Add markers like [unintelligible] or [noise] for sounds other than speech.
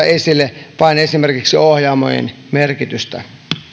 [unintelligible] esille pääasiassa vain esimerkiksi ohjaamojen merkitystä